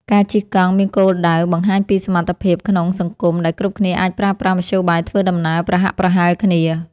ការជិះកង់មានគោលដៅបង្ហាញពីសមភាពក្នុងសង្គម ដែលគ្រប់គ្នាអាចប្រើប្រាស់មធ្យោបាយធ្វើដំណើរប្រហាក់ប្រហែលគ្នា។